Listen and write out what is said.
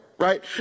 Right